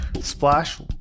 splash